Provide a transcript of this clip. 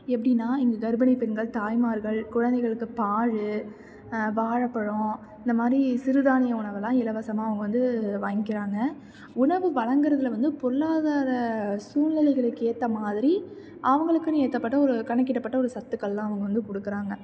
எப்படின்னா இந்தக் கர்ப்பிணி பெண்கள் தாய்மார்கள் குழந்தைகளுக்குப் பால் வாழைப்பழம் இந்த மாதிரி சிறுதானிய உணவெல்லாம் இலவசமாக அவங்க வந்து வாங்கிக்கிறாங்க உணவு வழங்குறதுல வந்து பொருளாதார சூழ்நிலைகளுக்கு ஏற்ற மாதிரி அவங்களுக்குன்னு ஏற்றப்பட்ட ஒரு கணக்கிடப்பட்ட ஒரு சத்துக்கள்லாம் அவங்க வந்து கொடுக்குறாங்க